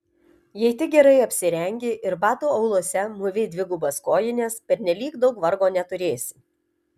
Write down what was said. jei tik gerai apsirengi ir batų auluose mūvi dvigubas kojines pernelyg daug vargo neturėsi